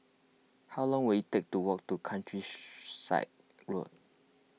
how long will it take to walk to Country side Road